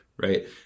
right